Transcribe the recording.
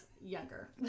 younger